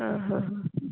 आं हा हा